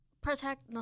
protect